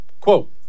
quote